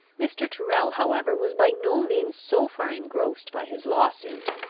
mr. tyrrel, however, was by no means so far engrossed by his law-suit,